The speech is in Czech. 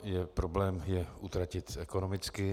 Je problém je utratit ekonomicky.